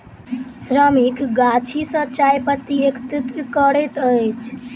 श्रमिक गाछी सॅ चाय पत्ती एकत्रित करैत अछि